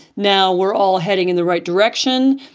now we're all heading in the right direction.